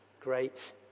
great